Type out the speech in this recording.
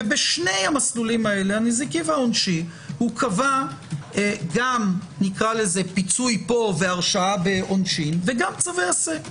ובשני המסלולים הללו הוא קבע גם פיצוי פה והרשעה בעונשין וגם צווי עשה.